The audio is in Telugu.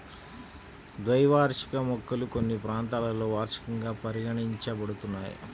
ద్వైవార్షిక మొక్కలు కొన్ని ప్రాంతాలలో వార్షికంగా పరిగణించబడుతున్నాయి